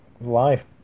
life